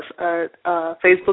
Facebook